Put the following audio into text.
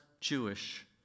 Jewish